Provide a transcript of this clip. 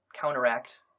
counteract